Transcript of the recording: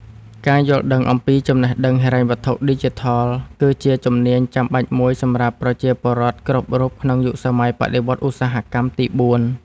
ការយល់ដឹងអំពីចំណេះដឹងហិរញ្ញវត្ថុឌីជីថល គឺជាជំនាញចាំបាច់មួយសម្រាប់ប្រជាពលរដ្ឋគ្រប់រូបក្នុងយុគសម័យបដិវត្តឧស្សាហកម្មទីបួន។